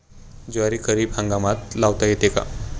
ज्वारी खरीप हंगामात लावता येते का?